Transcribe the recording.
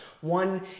One